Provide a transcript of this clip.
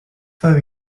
five